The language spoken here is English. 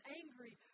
angry